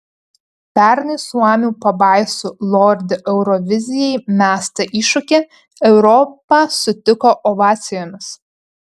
pernai suomių pabaisų lordi eurovizijai mestą iššūkį europa sutiko ovacijomis